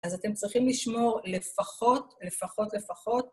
אז אתם צריכים לשמור לפחות, לפחות, לפחות.